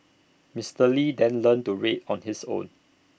Mister lee then learnt to read on his own